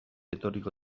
etorriko